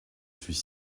suis